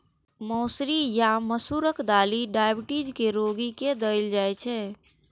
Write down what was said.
मौसरी या मसूरक दालि डाइबिटीज के रोगी के देल जाइ छै